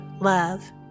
love